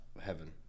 heaven